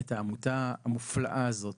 את העמותה המופלאה הזאת